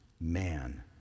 Man